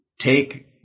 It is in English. take